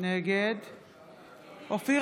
נגד אופיר